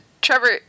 Trevor